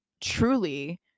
truly